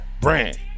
brand